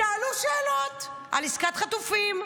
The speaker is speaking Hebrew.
שאלו שאלות על עסקת חטופים: